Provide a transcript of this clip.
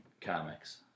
comics